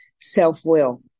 self-will